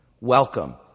welcome